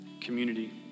community